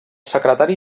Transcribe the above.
secretari